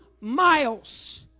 miles